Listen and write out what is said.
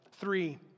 Three